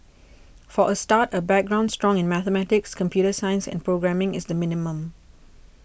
for a start a background strong in mathematics computer science and programming is the minimum